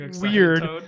weird